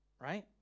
Right